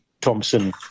Thompson